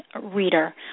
reader